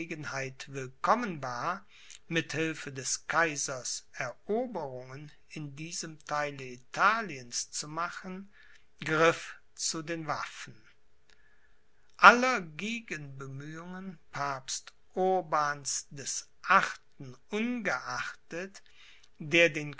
willkommen war mit hilfe des kaisers eroberungen in diesem theile italiens zu machen griff zu den waffen aller gegenbemühungen papst urbans des achten ungeachtet der den